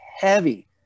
heavy